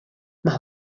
más